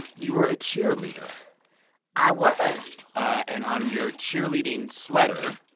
you were a cheerleader i was and on your cheerleading sweater.